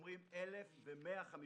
נגמור בניית 1,150 כיתות.